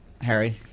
Harry